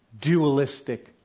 dualistic